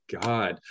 God